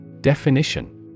definition